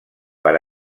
per